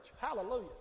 Hallelujah